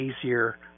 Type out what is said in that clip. easier